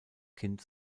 kind